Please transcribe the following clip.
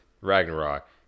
Ragnarok